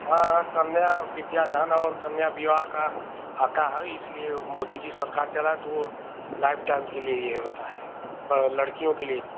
हाँ हाँ कन्या विद्या धन और कन्या विवाह का आता है इसलिए मोदी जी सरकार चलाए तो वह लाइफ़ टाइम के लिए ही होता है लड़कियों के लिए ही